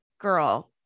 Girl